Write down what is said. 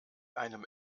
einem